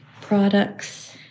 products